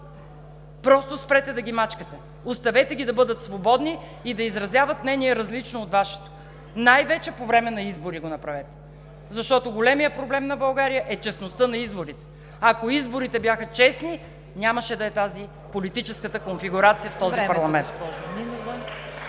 Просто спрете да ги мачкате. Оставете ги да бъдат свободни и да изразяват мнение, различно от Вашето – най-вече по време на избори го направете, защото големият проблем на България е честността на изборите, ако изборите бяха честни, нямаше да е тази политическа конфигурация в този парламент.